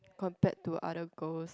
compared to other girls